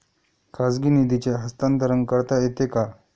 खाजगी निधीचे हस्तांतरण करता येते का?